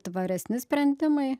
tvaresni sprendimai